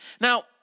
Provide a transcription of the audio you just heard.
Now